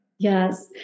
Yes